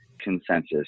consensus